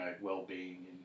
well-being